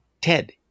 Ted